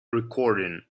recording